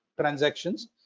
transactions